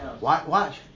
Watch